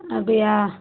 அப்படியா